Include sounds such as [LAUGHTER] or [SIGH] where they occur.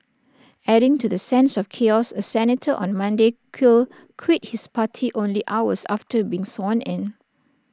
adding to the sense of chaos A senator on Monday [UNINTELLIGIBLE] quit his party only hours after being sworn in